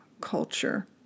culture